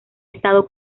estado